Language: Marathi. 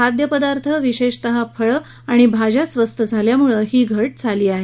खाद्य पदार्थ विशेषतः फळं आणि भाज्या स्वस्त झाल्यामुळे ही घट झाली आहे